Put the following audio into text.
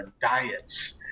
diets